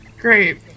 Great